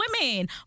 women